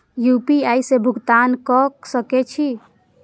UPI से भुगतान क सके छी?